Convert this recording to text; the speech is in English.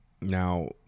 Now